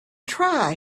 try